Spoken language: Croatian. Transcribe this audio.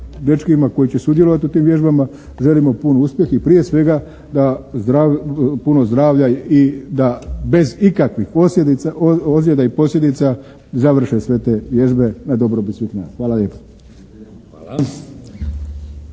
dečkima koji će sudjelovati u tim vježbama želimo puno uspjeha i prije svega puno zdravlja i da bez ikakvih posljedica, ozljeda i posljedica završe sve te vježbe na dobrobit svih nas. Hvala lijepo.